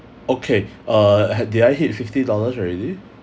okay uh had did I hit fifty dollars already